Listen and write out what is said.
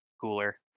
cooler